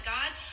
God